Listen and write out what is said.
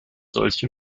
solche